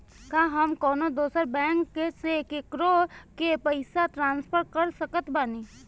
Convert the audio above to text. का हम कउनों दूसर बैंक से केकरों के पइसा ट्रांसफर कर सकत बानी?